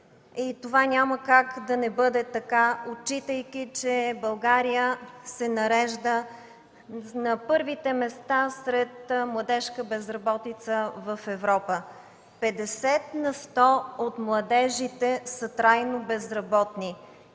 Това няма как да не бъде така, отчитайки че България се нарежда на първите места сред младежка безработица в Европа. Петдесет на сто от младежите са трайно безработни.